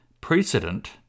precedent